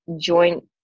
joint